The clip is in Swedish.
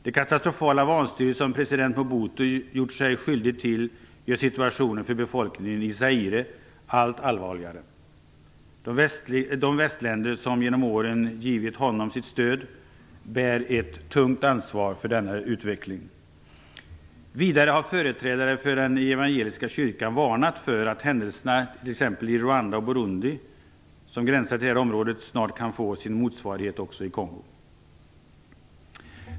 Det katastrofala vanstyre som president Mobutu gjort sig skyldig till gör situationen för befolkningen i Zaire allt allvarligare. De västländer som genom åren givit honom sitt stöd bär ett tungt ansvar för denna utveckling. Vidare har företrädare för den evangeliska kyrkan varnat för att händelserna i t.ex. Rwanda och i Burundi, som gränsar till detta område, snart kan få sin motsvarighet också i Kongo.